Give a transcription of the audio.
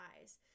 eyes